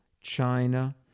China